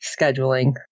scheduling